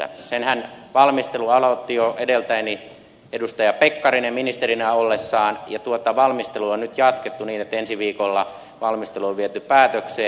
sen valmistelunhan aloitti jo edeltäjäni edustaja pekkarinen ministerinä ollessaan ja tuota valmistelua on nyt jatkettu niin että ensi viikolla valmistelu on viety päätökseen